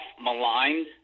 maligned